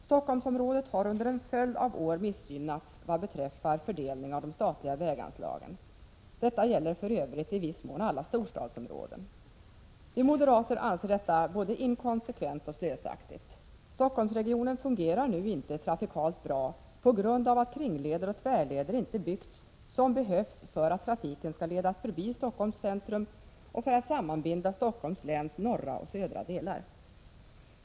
Stockholmsområdet har under en följd av år missgynnats vad beträffar fördelning av de statliga väganslagen. Detta gäller för övrigt i viss mån alla storstadsområden. Vi moderater anser detta både inkonsekvent och slösaktigt. Stockholmsregionen fungerar nu inte trafikalt bra på grund av att kringleder och tvärleder inte byggts som behövs för att trafiken skall ledas förbi Stockholms centrum och för att sammanbinda Stockholms läns norra och södra delar.